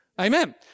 Amen